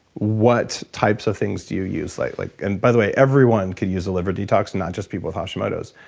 what types of things do you use? like like and by the way, everyone can use a liver detox, not just people with hashimoto's.